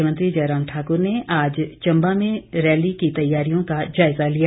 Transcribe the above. मुख्यमंत्री जयराम ठाक्र ने आज चंबा में रैली की तैयारियों का जायजा लिया